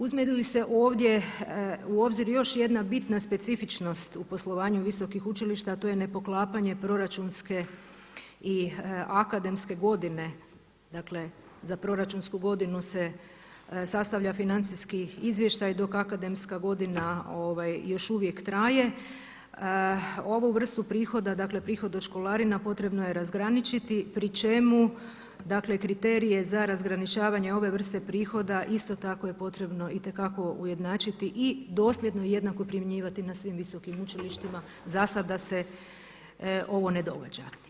Uzme li se ovdje u obzir još jedna bitna specifičnost u poslovanju visokih učilišta, a to je nepoklapanje proračunske i akademske godine, dakle za proračunsku godinu se sastavlja financijski izvještaj dok akademska godina još uvijek traje, ovu vrstu prihoda dakle prihod od školarina potrebno je razgraničiti pri čemu kriterije za razgraničavanje ove vrste prihoda isto tako je potrebno itekako ujednačiti i dosljedno jednako primjenjivati na svim visokim učilištima za sada se ovo ne događa.